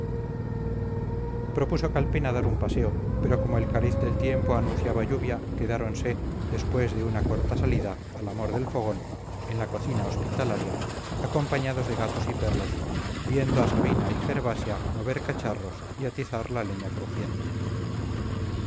propuso calpena dar un paseo pero como el cariz del tiempo anunciaba lluvia quedáronse después de una corta salida al amor del fogón en la cocina hospitalaria acompañados de gatos y perros viendo a sabina y gervasia mover cacharros y atizar la leña crujiente